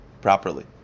properly